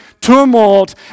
tumult